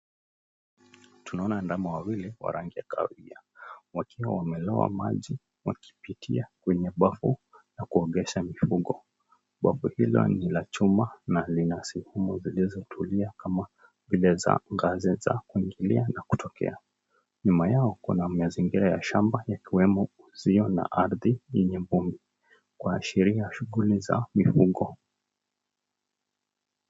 Tunaona ndama wawili wa rangi ya kahawia, wakiwa wameloa maji wakipitia kwenye bafu la kuogesha mifugo. Bafu hilo ni la chuma na lina sehemu zilizotulia kama vile za ngazi ya kuingilia na kutokea. Nyuma yao, kuna mazingira ya shamba ikiwemo uzio na ardhi, yenye mpa, kuashiria shughuli za mifugo.